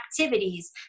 activities